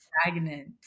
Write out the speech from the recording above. stagnant